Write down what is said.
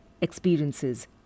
experiences